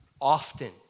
often